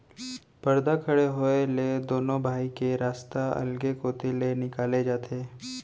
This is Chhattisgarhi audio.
परदा खड़े होए ले दुनों भाई के रस्ता अलगे कोती ले निकाले जाथे